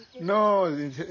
No